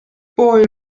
boy